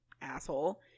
asshole